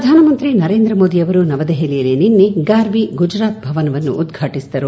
ಪ್ರಧಾನ ಮಂತ್ರಿ ನರೇಂದ್ರ ಮೋದಿ ಅವರು ನವದೆಹಲಿಯಲ್ಲಿ ನಿನ್ನೆ ಗಾರ್ವಿ ಗುಜರಾತ್ ಭವನವನ್ನು ಉದ್ಘಾಟಿಸಿದರು